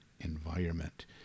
environment